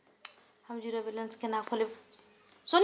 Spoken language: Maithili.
हम जीरो बैलेंस केना खोलैब?